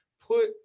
put